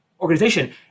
organization